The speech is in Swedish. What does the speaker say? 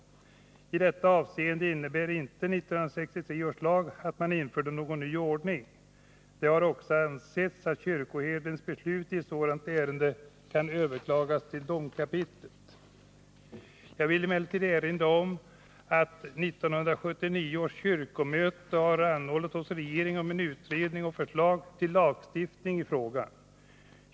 I detta avseende innebar inte 1963 års lag att man införde någon ny ordning. Det har också ansetts att kyrkoherdens beslut i ett sådant ärende kan överklagas till domkapitlet. Jag vill emellertid erinra om att 1979 års kyrkomöte har anhållit hos regeringen om utredning och förslag till lagstiftning i frågan.